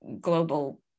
global